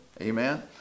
Amen